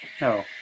No